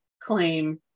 claim